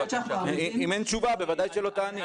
אם אין תשובה בוודאי שלא תעני.